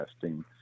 testing